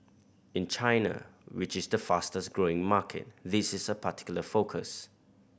in China which is the fastest growing market this is a particular focus